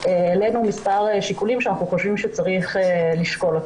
העלינו מספר שיקולים שאנחנו חושבים שצריך לשקול.